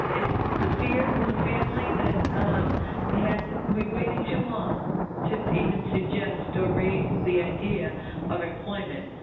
it's the fear from the family that it has we waited too long to even suggest or raise the idea of employment.